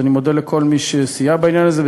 אז אני מודה לכל מי שסייע בעניין הזה,